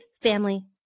family